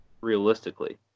realistically